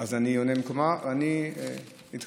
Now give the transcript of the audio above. אז אני עונה במקומה ואני אתכבד,